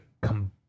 come